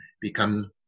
become